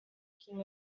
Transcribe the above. king